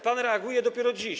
Pan reaguje dopiero dziś.